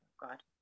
God